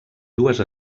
dues